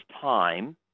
time